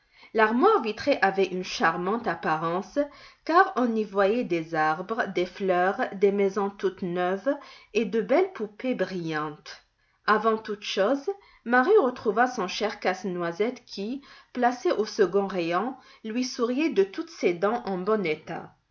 l'armoire vitrée avait une charmante apparence car on y voyait des arbres des fleurs des maisons toutes neuves et de belles poupées brillantes avant toutes choses marie retrouva son cher casse-noisette qui placé au second rayon lui souriait de toutes ses dents en bon état